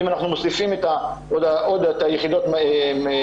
אם אנחנו מוסיפים עוד שתי יחידות במחשבת,